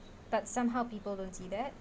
but somehow people don't see that